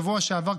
בשבוע שעבר,